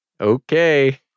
Okay